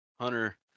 Hunter